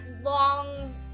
long